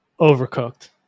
overcooked